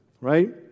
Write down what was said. right